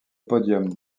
podium